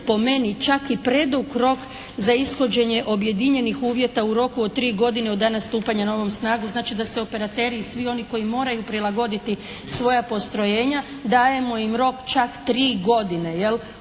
po meni čak i predug rok za ishođenje objedinjenih uvjeta u roku od 3 godine od dana stupanja novog na snagu. Znači da se operateri i svi oni koji moraju prilagoditi svoja postrojenja dajemo im rok čak 3 godine, jel